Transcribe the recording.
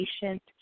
patient